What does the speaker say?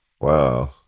wow